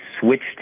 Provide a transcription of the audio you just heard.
switched